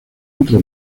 entre